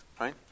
Right